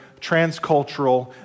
transcultural